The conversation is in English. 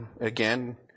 again